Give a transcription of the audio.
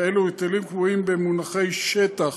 ואילו ההיטלים קבועים במונחי שטח,